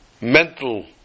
mental